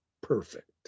Perfect